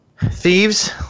thieves